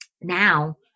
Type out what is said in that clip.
now